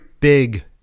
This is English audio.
big